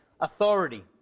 authority